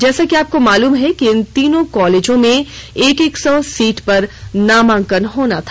जैसा कि आपको मालूम है कि इन तीनों कॉलेजों में एक एक सौ सीट पर नामांकन होना था